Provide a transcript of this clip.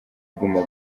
guma